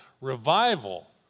Revival